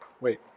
wait